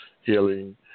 healing